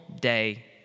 day